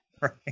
Right